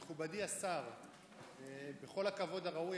מכובדי השר, בכל הכבוד הראוי,